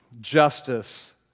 justice